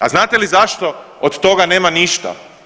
A znate li zašto od toga nema ništa?